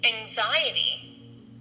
anxiety